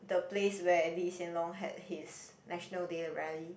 the place where Lee-Hsien-Loong had his National Day rally